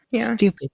Stupid